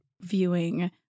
viewing